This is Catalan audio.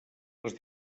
les